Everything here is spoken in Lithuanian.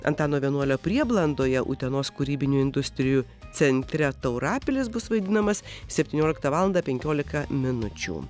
antano vienuolio prieblandoje utenos kūrybinių industrijų centre taurapilis bus vaidinamas septynioliktą valandą penkiolika minučių